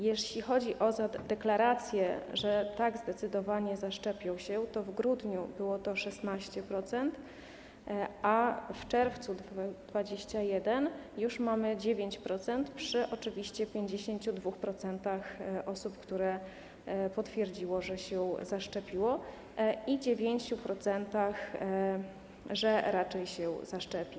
Jeśli chodzi o deklaracje, że tak, zdecydowanie zaszczepią się, to w grudniu było to 16%, a w czerwcu 2021 r. już mamy 9% przy oczywiście 52% osób, które potwierdziły, że się zaszczepiły, i 9%, że raczej się zaszczepi.